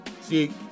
See